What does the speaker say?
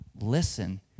listen